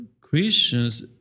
Christians